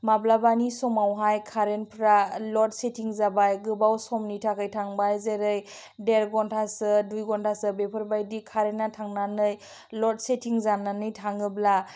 माब्लाबानि समावहाय कारेन्टफ्रा लड सेटिं जाबाय गोबाव समनि थाखाय थांबाय जेरै देर घन्टासो दुइ घन्टासो बेफोरबायदि कारेन्टआ थांनानै लड सेटिं जानानै थाङोब्ला